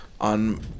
on